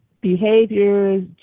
behaviors